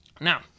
Now